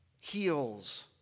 heals